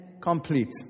complete